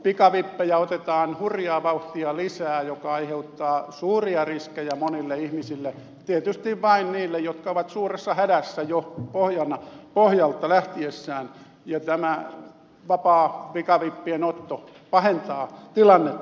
pikavippejä otetaan hurjaa vauhtia lisää mikä aiheuttaa suuria riskejä monille ihmisille tietysti vain niille jotka ovat jo ennestään suuressa hädässä ja tämä vapaa pikavippien otto pahentaa tilannetta